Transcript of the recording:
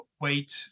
wait